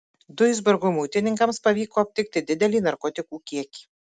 duisburgo muitininkams pavyko aptikti didelį narkotikų kiekį